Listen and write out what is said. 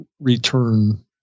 return